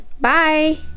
Bye